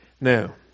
Now